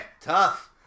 Tough